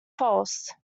false